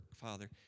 Father